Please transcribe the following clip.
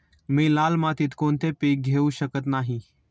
मी लाल मातीत कोणते पीक घेवू शकत नाही?